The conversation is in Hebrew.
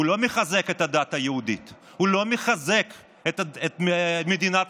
הוא לא מחזק את הדת היהודית,